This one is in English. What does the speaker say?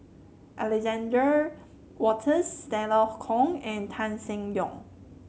Alexander Wolters Stella Kon and Tan Seng Yong